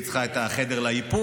והיא צריכה את החדר לאיפור,